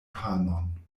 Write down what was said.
panon